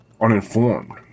uninformed